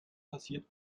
passiert